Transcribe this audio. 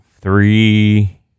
three